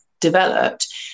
developed